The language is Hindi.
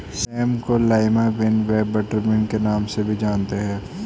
सेम को लाईमा बिन व बटरबिन के नाम से भी जानते हैं